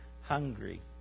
hungry